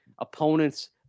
opponents